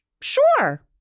sure